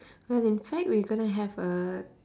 but in fact we're gonna have a